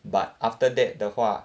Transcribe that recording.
but after that 的话